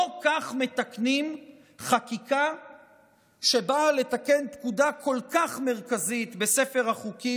לא כך מתקנים חקיקה שבאה לתקן פקודה כל כך מרכזית בספר החוקים